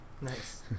nice